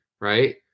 right